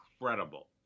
incredible